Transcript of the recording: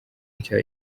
nshya